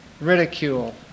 ridicule